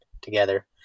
together